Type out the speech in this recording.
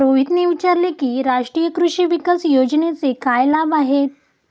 रोहितने विचारले की राष्ट्रीय कृषी विकास योजनेचे काय लाभ आहेत?